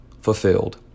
fulfilled